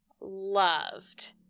loved